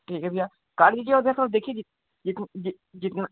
ठीक हे भैया काट दीजिए और देखिए जी जी जी जी जितना